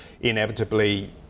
inevitably